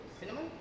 cinnamon